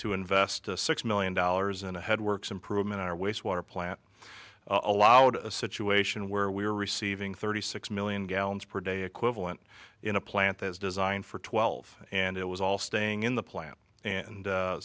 to invest six million dollars in a head works improvement in our wastewater plant allowed a situation where we were receiving thirty six million gallons per day equivalent in a plant that is designed for twelve and it was all staying in the plant and